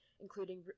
including